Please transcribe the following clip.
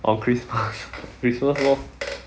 on christmas christmas lor